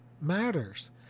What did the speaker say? matters